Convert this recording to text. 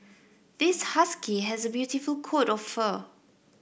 this husky has a beautiful coat of fur